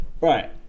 Right